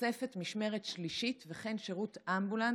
תוספת משמרת שלישית וכן שירות אמבולנס